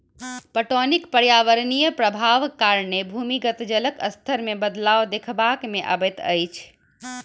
पटौनीक पर्यावरणीय प्रभावक कारणें भूमिगत जलक स्तर मे बदलाव देखबा मे अबैत अछि